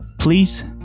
Please